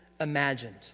imagined